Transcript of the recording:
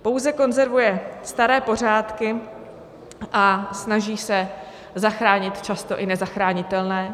Pouze konzervuje staré pořádky a snaží se zachránit často i nezachranitelné.